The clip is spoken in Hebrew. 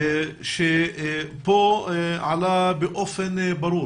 שבו עלה באופן ברור